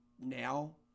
now